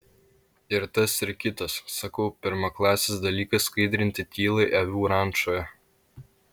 ir tas ir kitas sakau pirmaklasis dalykas skaidrinti tylai avių rančoje